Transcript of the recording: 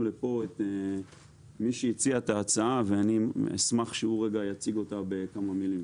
לפה את מי שהציע את ההצעה ואני אשמח שהוא יציג אותה בכמה מילים.